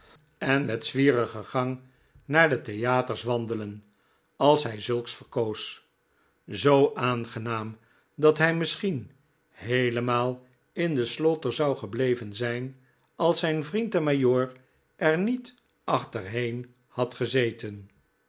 en met zwierigen gang naar de theaters wandelen als hij zulks verkoos zoo aangenaam dat hij misschien heelemaal in de slaughter zou gebleven zijn als zijn vriend de majoor er niet achterheen had gezeten